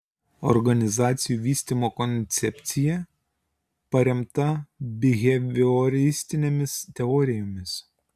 organizacijų vystymo koncepcija paremta bihevioristinėmis teorijomis